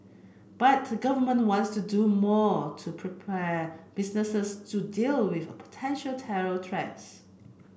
but the Government wants to do more to prepare businesses to deal with a potential terror threats